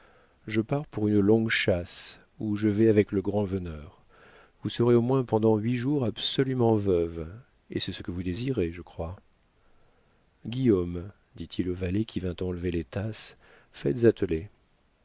je pars pour une longue chasse où je vais avec le grand-veneur vous serez au moins pendant huit jours absolument veuve et c'est ce que vous désirez je crois guillaume dit-il au valet qui vint enlever les tasses faites atteler